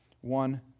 one